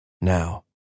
now